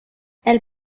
elles